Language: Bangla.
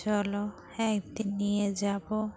চলো হ্যাঁ একদিন নিয়ে যাবো